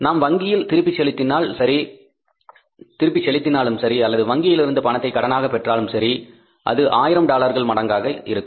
நாம் வங்கியில் திருப்பி செலுத்தினாலும் சரி அல்லது வங்கியிலிருந்து பணத்தை கடனாக பெற்றாலும் சரி அது ஆயிரம் டாலர்கள் மடங்காக இருக்கும்